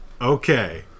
okay